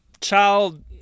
child